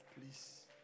please